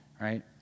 right